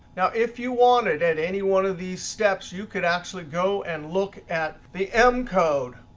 now if you wanted at any one of these steps, you could actually go and look at the m code.